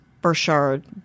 Burchard